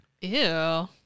Ew